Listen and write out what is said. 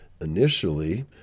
Initially